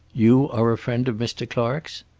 you are a friend of mr. clark's?